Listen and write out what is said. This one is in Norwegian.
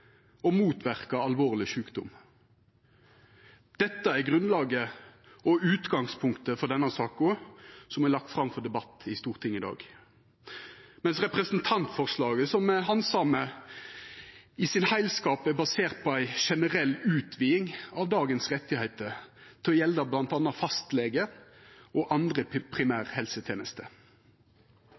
og motverkar alvorleg sjukdom. Dette er grunnlaget og utgangspunktet for denne saka som er lagt fram for debatt i Stortinget i dag. Representantforslaget me handsmar, er i sin heilskap basert på ei generell utviding av dagens rettar til å gjelda bl.a. fastlege og andre